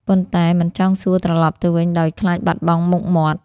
ប៉ុន្តែមិនចង់សួរត្រឡប់ទៅវិញដោយខ្លាចបាត់មុខមាត់។